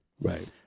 Right